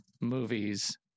movies